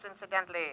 incidentally